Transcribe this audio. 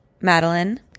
Madeline